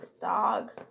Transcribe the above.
dog